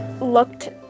looked